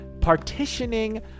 partitioning